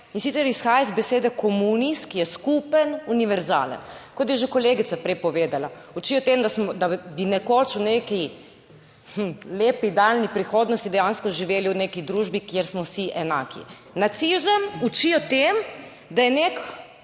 In sicer, izhaja iz besede comunis, ki je skupen, univerzalen. Kot je že kolegica prej povedala, uči o tem, da bi nekoč v neki lepi daljni prihodnosti dejansko živeli v neki družbi, kjer smo vsi enaki. Nacizem uči o tem, da je neka